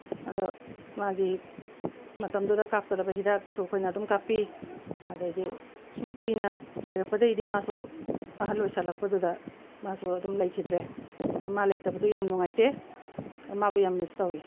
ꯑꯗꯣ ꯃꯥꯒꯤ ꯃꯇꯝꯗꯨꯗ ꯀꯥꯞꯀꯗꯕ ꯍꯤꯗꯥꯛꯁꯨ ꯑꯩꯈꯣꯏꯅ ꯑꯗꯨꯝ ꯀꯥꯞꯄꯤ ꯑꯗꯨꯗꯩꯗꯤ ꯁꯨꯝ ꯀꯨꯏꯅ ꯂꯩꯔꯛꯄꯗꯩꯗꯤ ꯃꯥꯁꯨ ꯑꯍꯜ ꯑꯣꯏꯁꯜꯂꯛꯄꯗꯨꯗ ꯃꯥꯁꯨ ꯑꯗꯨꯝ ꯂꯩꯈꯤꯗ꯭ꯔꯦ ꯃꯥ ꯂꯩꯇꯕꯗꯨ ꯌꯥꯝ ꯅꯨꯡꯉꯥꯏꯇꯦ ꯃꯥꯕꯨ ꯌꯥꯝ ꯃꯤꯁ ꯇꯧꯏ